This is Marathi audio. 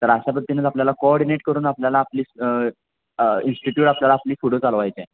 तर अशा पद्धतीनेच आपल्याला कॉर्डिनेट करून आपल्याला आपली इंस्टिट्यूट आपल्याला आपली पुढे चालवायचे आहे